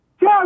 Go